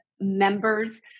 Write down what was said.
members